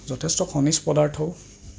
যথেষ্ট খনিজ পদাৰ্থও